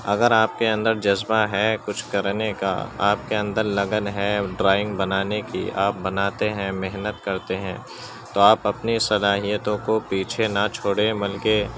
اگر آپ کے اندر جذبہ ہے کچھ کرنے کا آپ کے اندر لگن ہے ڈرائنگ بنانے کی آپ بناتے ہیں محنت کرتے ہیں تو آپ اپنی صلاحیتوں کو پیچھے نہ چھوڑیں بلکہ